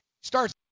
starts